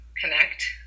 connect